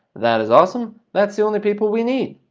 that is awesome, that's the only people we need,